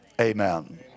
Amen